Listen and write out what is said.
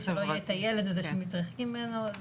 שלא יהיה את הילד הזה שמתרחקים ממנו.